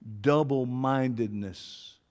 double-mindedness